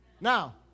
Now